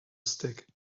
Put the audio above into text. stick